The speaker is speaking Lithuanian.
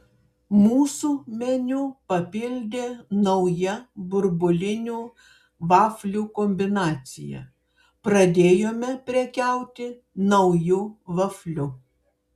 mūsų meniu papildė nauja burbulinių vaflių kombinacija pradėjome prekiauti nauju vafliu